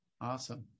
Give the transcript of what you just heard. Awesome